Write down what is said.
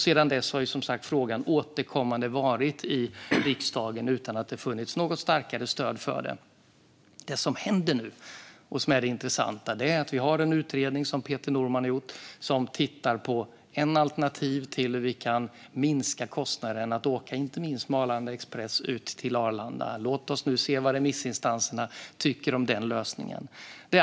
Sedan dess har frågan som sagt varit uppe i riksdagen vid återkommande tillfällen utan att det har funnits något starkare stöd för det. Det som nu händer och som är intressant är att Peter Norman har gjort en utredning där man tittar på alternativ för att kunna minska kostnaden för att åka ut till Arlanda, inte minst med Arlanda Express. Låt oss se vad remissinstanserna tycker om den lösningen.